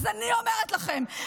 אז אני אומרת לכם,